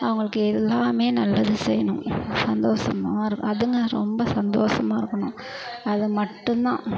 அவங்களுக்கு எல்லாமே நல்லது செய்யணும் சந்தோஷமா இருக் அதுங்க ரொம்ப சந்தோஷமா இருக்கணும் அது மட்டும்தான்